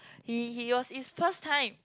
he he was his first time